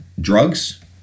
drugs